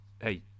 hey